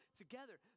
together